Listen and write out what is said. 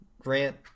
Grant